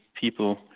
people